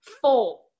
four